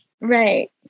right